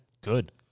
Good